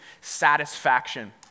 satisfaction